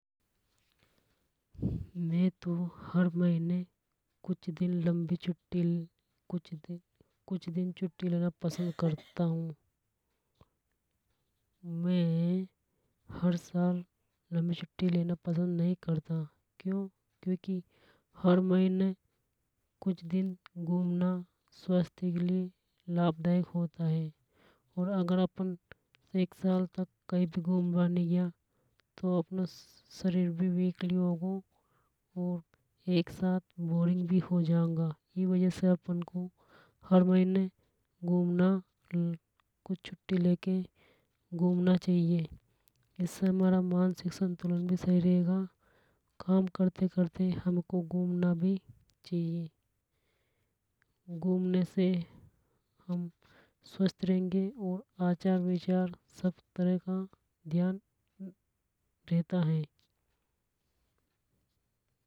में तो हर महीने कुछ दिन लंबी कुछ दिन लंबी छुट्टी लेना पसंद करता हु। में हर साल लंबी छुट्टी लेना पसंद नहीं करता क्यों। क्योंकि हर महीने कुछ दिन घूमना स्वास्थ्य के लिए लाभदायक होता है और अगल है एक साल तक कई भी घूमबा नि ग्या तो अपनो शरीर भी विकली हो गो और एक साथ बोरिंग भी हो जांगा इ वजह से हमें हर महीने घूमना हर महीने छुट्टी लेके घूमना चाहिए इससे हमारा मानसिक संतुलन भी सही रहेगा। काम करते करते हमको घूमना भी चाहिए। घूमने से हम स्वस्थ रहेंगे और आचार विचार सब तरह का ध्यान रहता है